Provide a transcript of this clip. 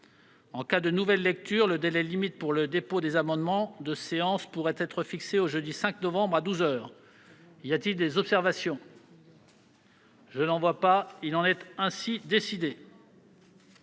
En cas de nouvelle lecture, le délai limite pour le dépôt des amendements de séance pourrait être fixé au jeudi 5 novembre à douze heures. Y a-t-il des observations ?... Il en est ainsi décidé.